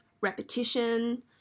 repetition